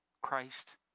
Christ